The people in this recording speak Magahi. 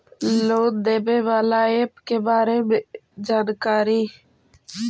लोन देने बाला ऐप के बारे मे जानकारी?